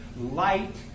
light